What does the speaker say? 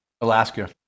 Alaska